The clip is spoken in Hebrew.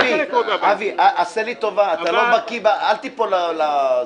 אבי, עשה לי טובה, אל תיפול לזה.